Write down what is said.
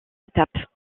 étapes